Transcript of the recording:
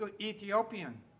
Ethiopian